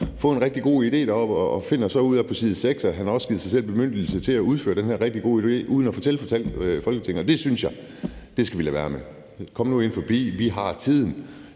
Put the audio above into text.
fået en rigtig god idé deroppe og finder ud af på side 6, at han har givet sig selv bemyndigelse til at udføre den her rigtig gode idé uden at fortælle det til Folketinget. Det synes jeg at vi skal lade være med. Kom nu ind forbi. Vi har tiden.